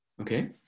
Okay